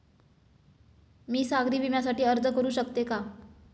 मी सागरी विम्यासाठी अर्ज करू शकते का?